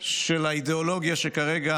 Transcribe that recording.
של האידיאולוגיה שכרגע